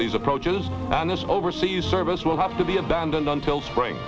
these approaches and this overseas service will have to be abandoned until spring